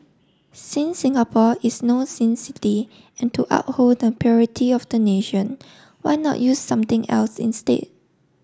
since Singapore is no sin city and to uphold the purity of the nation why not use something else instead